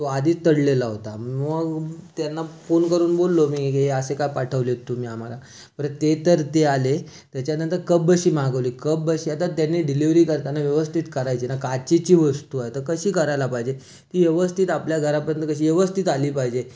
तो आधीच तडकलेला होता मग त्यांना फोन करून बोललो मी हे असे का पाठवले आहेत तुम्ही आम्हाला बरं ते तर ते आले त्याच्यानंतर कपबशी मागवली कपबशी आता त्यांनी डिलिव्हरी करताना व्यवस्थित करायची ना काचेची वस्तू आहे तर कशी करायला पाहिजे ती व्यवस्थित आपल्या घरापर्यंत कशी व्यवस्थित आली पाहिजे